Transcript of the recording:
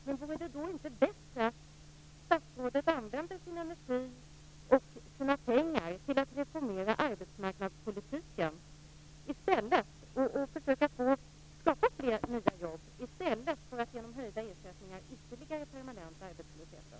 Men vore det då inte bättre att statsrådet använder sin energi och sina pengar till att reformera arbetsmarknadspolitiken så att fler nya jobb skapas i stället för att genom höjda ersättningar ytterligare permanenta arbetslösheten?